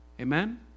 Amen